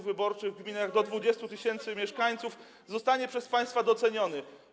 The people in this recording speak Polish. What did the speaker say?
wyborczych w gminach do 20 tys. mieszkańców zostanie przez państwa doceniony.